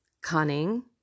cunning